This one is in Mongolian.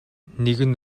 нэгэн